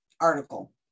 article